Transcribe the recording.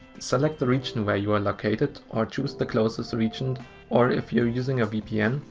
select the region where you are located or choose the closest region or if you're using a vpn,